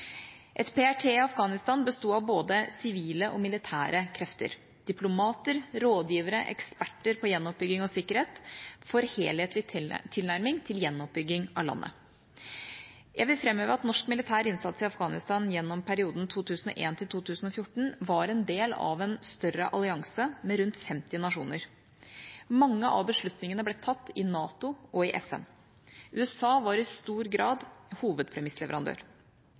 Et PRT i Afghanistan besto av både sivile og militære krefter, diplomater, rådgivere og eksperter på gjenoppbygging og sikkerhet for en helhetlig tilnærming til gjenoppbygging av landet. Jeg vil framheve at norsk militær innsats i Afghanistan gjennom perioden 2001–2014 var en del av en større allianse med rundt 50 nasjoner. Mange av beslutningene ble tatt i NATO og i FN. USA var i stor grad hovedpremissleverandør.